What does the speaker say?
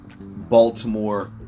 Baltimore